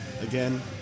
again